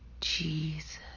Jesus